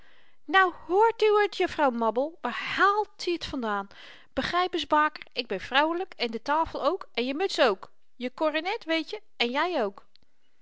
nou hoort uwé t juffrouw mabbel waar haalt i t vandaan begryp ns baker ik ben vrouwelyk en de tafel ook en je muts ook je korrenet weetje en jy ook